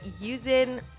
using